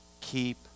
Keep